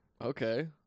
Okay